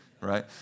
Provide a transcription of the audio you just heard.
right